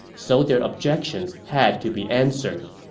so their objections had to be answered.